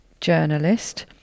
journalist